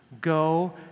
Go